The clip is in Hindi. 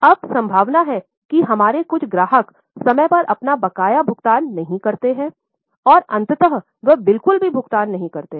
अब संभावना है कि हमारे कुछ ग्राहक समय पर अपना बकाया भुगतान नहीं करते हैं और अंततः वे बिलकुल भी भुगतान नहीं करते हैं